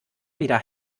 wieder